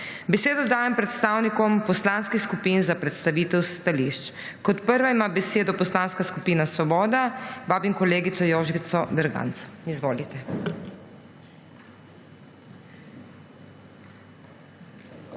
Besedo dajem predstavnikom poslanskih skupin za predstavitev stališč. Kot prva ima besedo Poslanska skupina Svoboda, vabim kolegico Jožico Derganc. Izvolite.